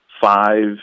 five